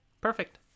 Perfect